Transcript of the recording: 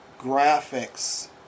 graphics